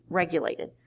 regulated